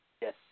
Yes